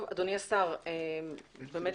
אדוני השר, בבקשה.